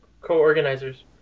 co-organizers